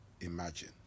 imagine